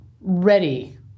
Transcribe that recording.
ready